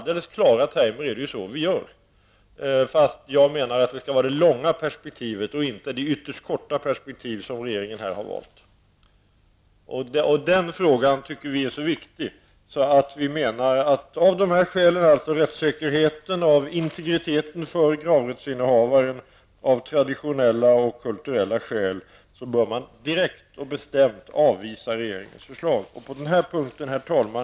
Det är ju så vi gör i alldeles klara termer, fast jag menar att man skall ha det långa perspektivet och inte det ytterst korta perspektiv som regeringen här har valt. Vi tycker att denna fråga är så viktig att man av dessa skäl -- rättssäkerheten och integriteten för gravrättsinnehavaren, traditionella och kulturella skäl -- bör direkt och bestämt avvisa regeringens förslag. Herr talman!